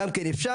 גם כן אפשר,